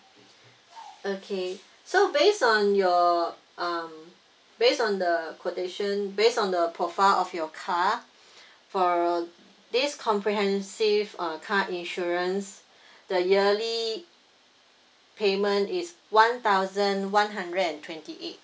okay so base on your um base on the quotation base on the profile of your car for this comprehensive uh car insurance the yearly payment is one thousand one hundred and twenty eight